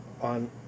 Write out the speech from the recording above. on